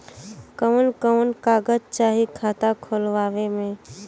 कवन कवन कागज चाही खाता खोलवावे मै?